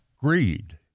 greed